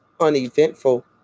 uneventful